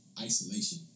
isolation